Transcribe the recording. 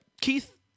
Keith